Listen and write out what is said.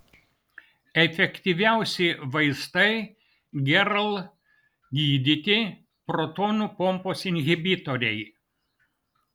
efektyviausi vaistai gerl gydyti protonų pompos inhibitoriai